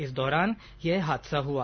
इस दौरान यह हादसा हुआ